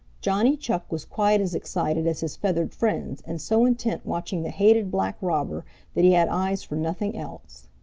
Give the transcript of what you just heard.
johnny chuck was quite as excited as his feathered friends, and so intent watching the hated black robber that he had eyes for nothing else.